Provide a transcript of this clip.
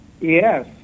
Yes